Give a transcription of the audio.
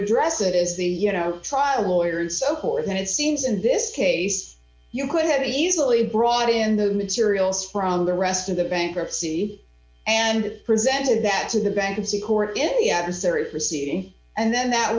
address it is the you know trial lawyer and so forth and it seems in this case you could have easily brought in the materials from the rest of the bankruptcy and presented that to the bankruptcy court in the adversary proceeding and then that